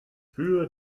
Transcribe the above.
für